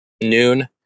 noon